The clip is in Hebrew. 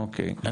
אוקיי.